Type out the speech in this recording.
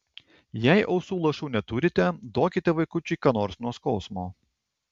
jei ausų lašų neturite duokite vaikučiui ką nors nuo skausmo